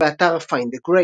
באתר "Find a Grave"